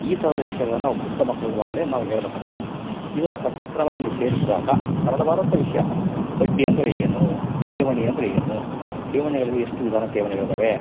ಈ ಥರದ ವಿಷಯಗಳನ್ನ ನಾವು ಪುಟ್ಟ ಮಕ್ಕಳಿರುವಾಗ್ಲೇ ನಾವು ಹೇಳಬೇಕಾಗ್ತದೆ ಇದನ್ನು ಪಠ್ಯಕ್ರಮದಲ್ಲಿ ಸೇರಿಸಿದಾಗ ಸರಳವಾದಂಥ ವಿಷಯ ಬಡ್ಡಿ ಅಂದರೆ ಏನು ಠೇವಣಿ ಅಂದರೆ ಏನು ಠೇವಣಿಗಳಲ್ಲಿ ಎಷ್ಟು ವಿಧಾನ ಠೇವಣಿಗಳಿದ್ದಾವೆ